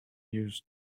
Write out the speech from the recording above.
used